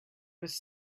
was